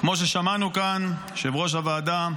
כמו ששמענו כאן מיושב-ראש הוועדה,